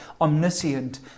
omniscient